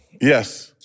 Yes